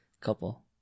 couple